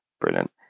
Brilliant